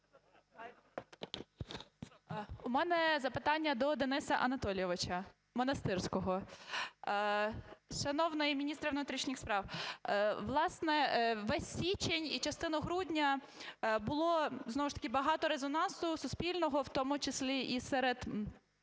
У мене запитання до Дениса Анатолійовича Монастирського. Шановний міністре внутрішніх справ, власне весь січень і частину грудня було знову ж таки багато резонансу суспільного, в тому числі і серед,